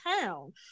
town